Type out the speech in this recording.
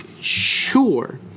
sure